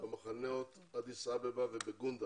במחנות באדיס-אבבה ובגונדר